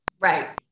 Right